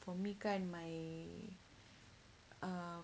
for me kan my uh